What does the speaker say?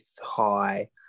high